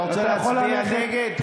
אתה רוצה להצביע נגד,